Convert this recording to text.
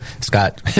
Scott